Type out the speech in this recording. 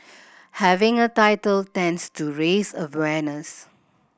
having a title tends to raise awareness